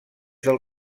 del